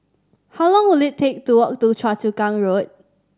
how long will it take to walk to Choa Chu Kang Road